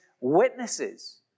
witnesses